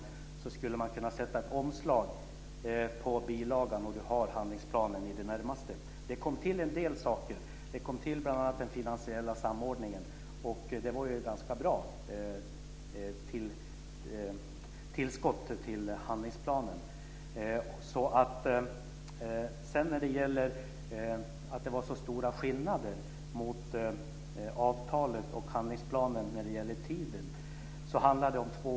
Man skulle kunna sätta omslag på bilagan, och man hade handlingsplanen i det närmaste. Det kom till en del saker, bl.a. den finansiella samordningen. Det var ganska bra tillskott till handlingsplanen. De stora skillnaderna mot avtalet och handlingsplanen när det gäller tiden handlar om två år.